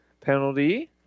penalty